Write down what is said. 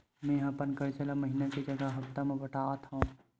मेंहा अपन कर्जा ला महीना के जगह हप्ता मा पटात हव